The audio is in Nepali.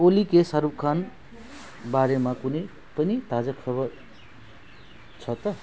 ओली के शाहरूख खान बारेमा कुनै पनि ताजा खबर छ त